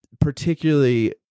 particularly